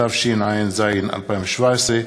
התשע"ז 2017,